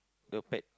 the